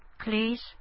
Please